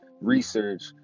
research